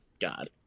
god